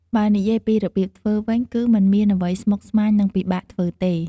បើនិយាយពីរបៀបធ្វើវិញ គឺមិនមានអ្វីស្មុគស្មាញ និងពិបាកធ្វើទេ។